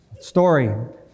story